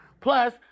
Plus